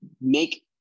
make